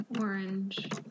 orange